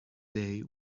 day